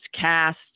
cast